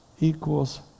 equals